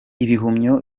ibihumyo